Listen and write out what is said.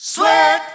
Sweat